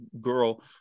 girl